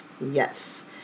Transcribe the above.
Yes